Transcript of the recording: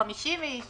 של 50 אנשים,